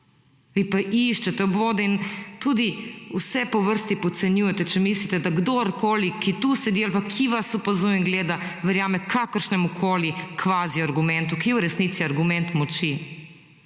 Vi pa iščete obvode in tudi vse po vrsti podcenjujete, če mislite, da kdorkoli, ki tukaj sedi ali pa, ki vas opazuje in gleda, verjame kakršnemukoli kvazi argumenti, ki je v resnici argument moči.